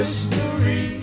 History